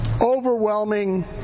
overwhelming